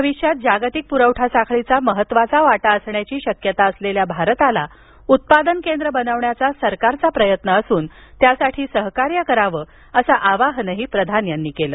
भविष्यात जागतिक पुरवठा साखळीचा महत्वाचा वाटा असण्याची शक्यता असलेल्या भारताला उत्पादन केंद्र बनवण्याचा सरकारचा प्रयत्न असून यासाठी सहकार्य करावं असं प्रधान म्हणाले